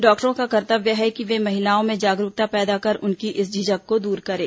डॉक्टरों का कर्तव्य है कि वे महिलाओं में जागरूकता पैदा कर उनकी इस झिझक को दूर करें